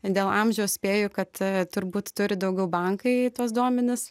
dėl amžiaus spėju kad turbūt turi daugiau bankai tuos duomenis